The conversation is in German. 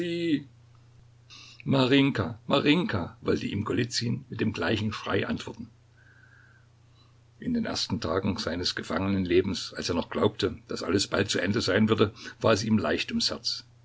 wollte ihm golizyn mit dem gleichen schrei antworten in den ersten tagen seines gefangenenlebens als er noch glaubte daß alles bald zu ende sein würde war es ihm leicht ums herz